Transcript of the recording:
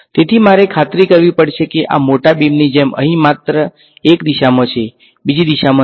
તેથી મારે ખાતરી કરવી પડશે કે આ મોટા બીમની જેમ અહીં માત્ર એક દિશામાં છે બીજી દિશામાં નથી